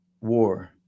war